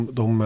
de